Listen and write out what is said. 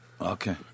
Okay